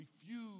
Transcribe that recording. refuse